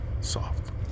soft